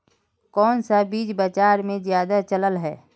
कोन सा बीज बाजार में ज्यादा चलल है?